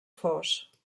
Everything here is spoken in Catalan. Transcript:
fos